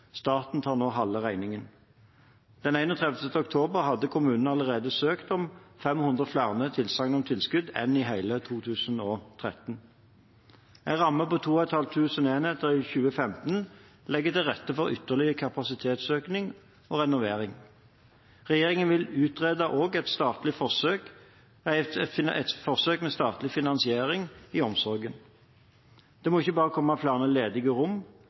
Staten tar nå halve regningen. Den 31. oktober hadde kommunene allerede søkt om 500 flere tilsagn om tilskudd enn i hele 2013. En ramme på 2 500 enheter i 2015 legger til rette for ytterligere kapasitetsøkning og renovering. Regjeringen vil også utrede et forsøk med statlig finansiering i omsorgen. Det må ikke bare komme flere ledige rom;